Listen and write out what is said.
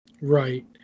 Right